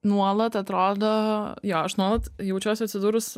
nuolat atrodo jo aš nuolat jaučiuosi atsidūrus